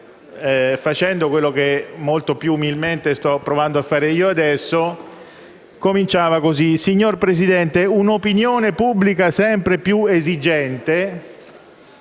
facendo quello che molto più umilmente sto provando a fare io adesso, cominciava così: «Signor Presidente, un'opinione pubblica sempre più esigente»